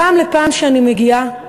בכל פעם שאני מגיעה,